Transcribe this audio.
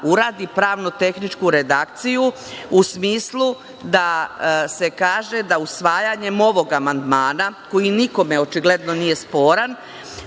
uradi pravno tehničku redakciju u smislu da se kaže da usvajanjem ovog amandmana, koji nikome očigledno nije sporan,